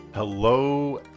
Hello